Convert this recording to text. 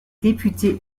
députés